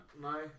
No